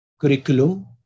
curriculum